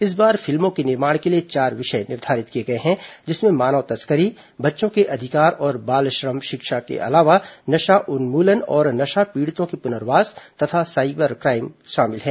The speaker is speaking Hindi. इस बार फिल्मों के निर्माण के लिए चार विषय निर्धारित किए गए हैं जिसमें मानव तस्करी बच्चों के अधिकार और बाल श्रम शिक्षा के अलावा नशा उन्मूलन और नशा पीड़ितों के पूनर्वास तथा साइबर क्राइम है